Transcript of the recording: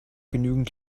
genügend